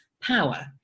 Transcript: power